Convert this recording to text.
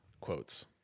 quotes